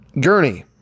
gurney